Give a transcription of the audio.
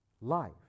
life